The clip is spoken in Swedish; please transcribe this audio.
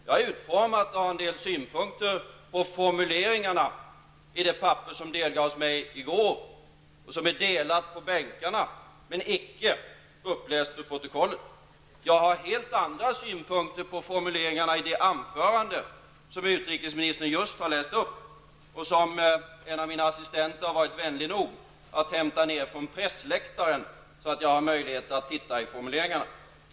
Jag har utformat ett svar och har en del synpunkter på formuleringarna i det papper som delgavs mig i går och som är delat på bänkarna men icke uppläst för protokollet. Jag har helt andra synpunkter på formuleringarna i det anförande som utrikesministern just har läst upp. En av mina assistenter har varit vänlig nog att hämta ner det från pressläktaren, så att jag har möjlighet att titta på formuleringarna.